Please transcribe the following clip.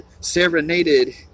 serenaded